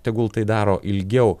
tegul tai daro ilgiau